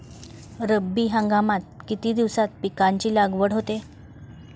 रब्बी हंगामात किती दिवसांत पिकांची लागवड होते?